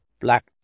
Black